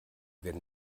werden